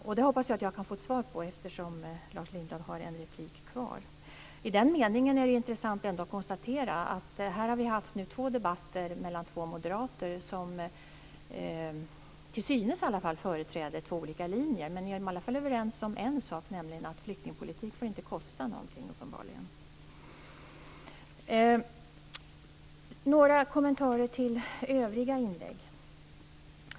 Den frågan hoppas jag att jag kan få ett svar på, eftersom Lars Lindblad har en replik kvar. Det är intressant att konstatera att vi nu har haft två debatter mellan två moderater som till synes företräder två olika linjer. Men de är uppenbarligen överens om en sak, nämligen att flyktingpolitik inte får kosta någonting. Jag har några kommentarer till övriga inlägg.